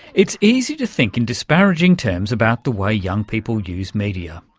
it's easy to think in disparaging terms about the way young people use media.